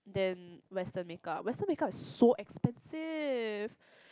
than Western make up Western make up is so expensive